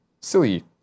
Silly